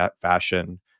fashion